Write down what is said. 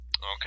Okay